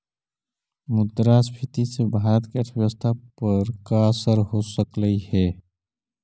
मुद्रास्फीति से भारत की अर्थव्यवस्था पर का असर हो सकलई हे